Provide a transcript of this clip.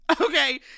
okay